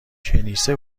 کنیسه